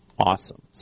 Awesome